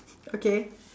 okay